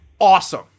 awesome